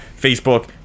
facebook